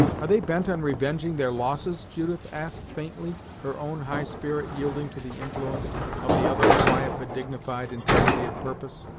are they bent on revenging their losses? judith asked faintly, her own high spirit yielding to the influence of the other's quiet but dignified integrity of purpose.